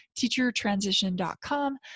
teachertransition.com